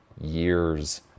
years